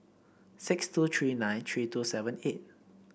six two three nine three two seven eight